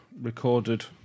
recorded